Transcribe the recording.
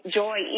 joy